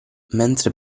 mentre